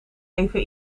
even